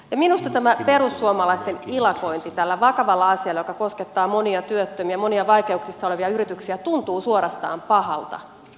minusta tämä perussuomalaisten ilakointi tällä vakavalla asialla joka koskettaa monia työttömiä monia vaikeuksissa olevia yrityksiä tuntuu suorastaan pahalta